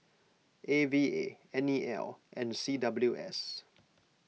A V A N E L and C W S